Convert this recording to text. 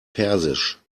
persisch